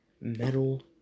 Metal